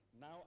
Now